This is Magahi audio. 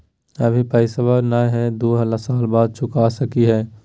अभि पैसबा नय हय, दू साल बाद चुका सकी हय?